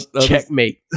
checkmate